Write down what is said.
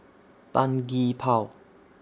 Tan Gee Paw